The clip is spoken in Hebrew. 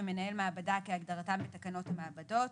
"מנהל מעבדה" כהגדרתם בתקנות המעבדות,